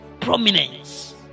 prominence